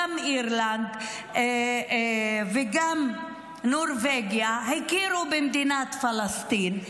גם אירלנד וגם נורבגיה הכירו במדינת פלסטין.